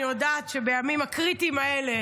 אני יודעת שבימים הקריטיים האלה